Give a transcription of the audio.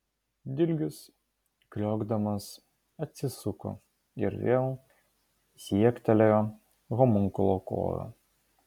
dilgius kriokdamas atsisuko ir vėl siektelėjo homunkulo kojų